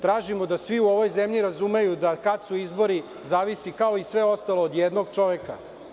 Tražimo da svi u ovoj zemlji razumeju da, kad su izbori, zavisi, kao i sve ostalo, od jednog čoveka.